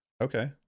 okay